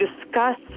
discuss